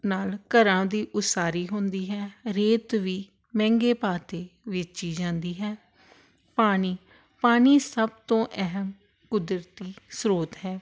ਨਾਲ ਘਰਾਂ ਦੀ ਉਸਾਰੀ ਹੁੰਦੀ ਹੈ ਰੇਤ ਵੀ ਮਹਿੰਗੇ ਭਾਅ 'ਤੇ ਵੇਚੀ ਜਾਂਦੀ ਹੈ ਪਾਣੀ ਪਾਣੀ ਸਭ ਤੋਂ ਅਹਿਮ ਕੁਦਰਤੀ ਸਰੋਤ ਹੈ